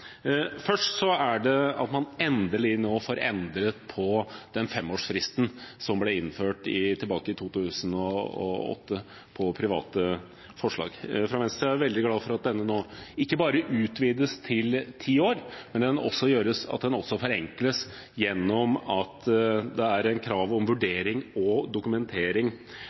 det første får man endelig nå endret på femårsfristen på private forslag som ble innført i 2008. Fra Venstres side er vi veldig glade for at denne nå ikke bare utvides til ti år, men også forenkles gjennom krav om vurdering og dokumentering av om planen i tilstrekkelig grad er oppdatert og har de kvalitetene man trenger for å få en